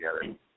together